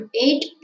eight